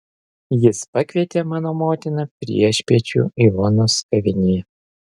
jis pakvietė mano motiną priešpiečių ivonos kavinėje